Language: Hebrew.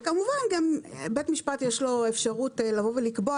וכמובן גם לבית המשפט יש אפשרות לקבוע